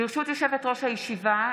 ברשות יושבת-ראש הישיבה,